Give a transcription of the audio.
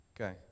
Okay